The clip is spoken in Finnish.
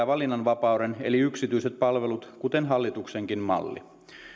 valinnanvapauden eli yksityiset palvelut kuten hallituksenkin malli